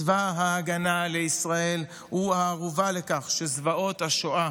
צבא ההגנה לישראל הוא הערובה לכך שזוועות השואה